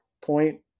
Point